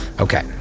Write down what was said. Okay